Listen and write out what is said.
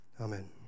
Amen